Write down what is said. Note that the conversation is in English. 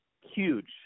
huge